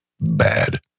bad